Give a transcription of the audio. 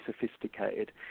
sophisticated